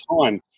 time